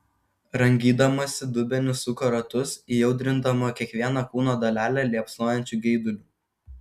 rangydamasi dubeniu suko ratus įaudrindama kiekvieną kūno dalelę liepsnojančiu geiduliu